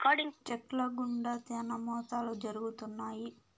check ల గుండా శ్యానా మోసాలు జరుగుతున్నాయి